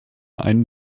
einen